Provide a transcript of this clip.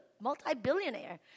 multi-billionaire